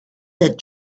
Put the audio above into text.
that